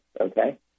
Okay